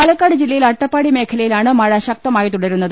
പാലക്കാട് ജില്ലയിൽ അട്ടപ്പാടി മേഖലയിലാണ് മഴ ശക്തമായി തുടരുന്നത്